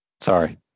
sorry